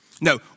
No